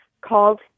called